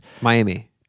Miami